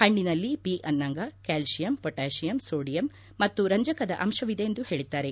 ಹಣ್ಣಿನಲ್ಲಿ ಬಿ ಅನ್ನಾಂಗ calcium potassium sodium ಮತ್ತು ರಂಜಕದ ಅಂಶವಿದೆ ಎಂದು ಹೇಳಿದ್ದಾರೆ